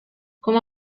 como